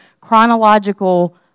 chronological